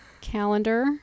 Calendar